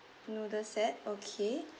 noodles set okay